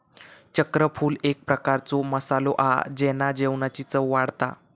चक्रफूल एक प्रकारचो मसालो हा जेना जेवणाची चव वाढता